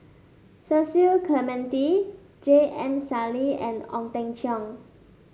Cecil Clementi J M Sali and Ong Teng Cheong